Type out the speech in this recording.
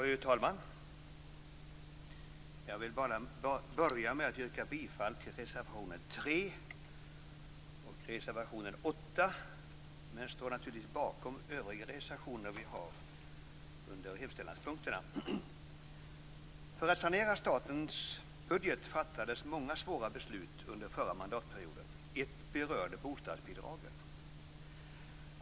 Fru talman! Jag vill börja med att yrka bifall till reservation 3 och reservation 8, men jag står naturligtvis även bakom de övriga reservationer vi har under hemställanspunkterna. För att sanera statens budget fattades många svåra beslut under den förra mandatperioden. Ett berörde bostadsbidragen.